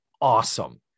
awesome